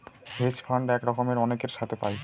hedge fund এক রকমের অনেকের সাথে পায়